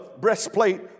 breastplate